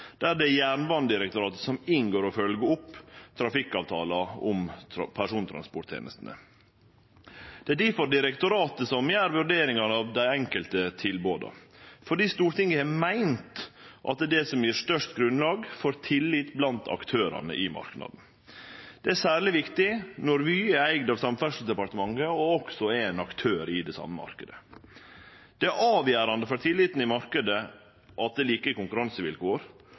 det er Jernbanedirektoratet som inngår og følgjer opp trafikkavtalar om persontransporttenestene. Det er difor direktoratet som gjer vurderingane av dei enkelte tilboda, fordi Stortinget har meint at det er det som gjev størst grunnlag for tillit blant aktørane i marknaden. Det er særleg viktig når Vy er eigd av Samferdselsdepartementet og også er ein aktør i den same marknaden. Det er avgjerande for tilliten i marknaden at det er like konkurransevilkår,